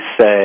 say